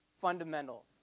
Fundamentals